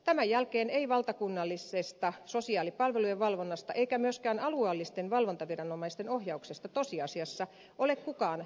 tämän jälkeen ei valtakunnallisesta sosiaalipalvelujen valvonnasta eikä myöskään alueellisten valvontaviranomaisten ohjauksesta tosiasiassa ole kukaan täysipainoisesti vastannut